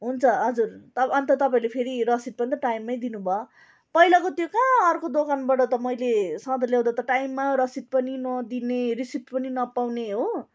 हुन्छ हजुर त अन्त तपाईँले फेरि रसिद पनि त टाइममै दिनु भ पैलाको त्यो काँ अर्को दोकानबड त मैले सौदा ल्याउँदा त टाइममा रसिद पनि नदिने रिसिप पनि नपाउने हो